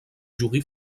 jury